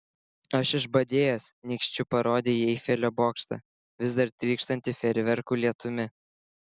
aš išbadėjęs nykščiu parodė į eifelio bokštą vis dar trykštantį fejerverkų lietumi